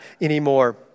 anymore